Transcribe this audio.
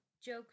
Joke